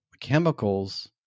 chemicals